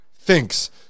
thinks